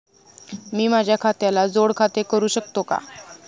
मी माझ्या खात्याला जोड खाते करू शकतो का?